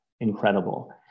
incredible